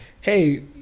hey